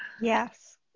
Yes